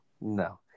No